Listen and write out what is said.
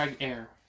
air